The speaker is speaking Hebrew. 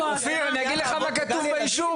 אופיר, אני אגיד לך מה כתוב באישור.